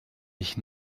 ich